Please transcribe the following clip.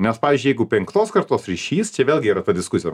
nes pavyzdžiui jeigu penktos kartos ryšys čia vėlgi yra ta diskusija